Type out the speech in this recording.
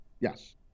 yes